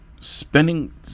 spending